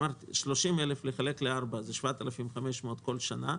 30,000 חלקי ארבע, זה 7,500 בכל שנה,